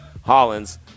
Hollins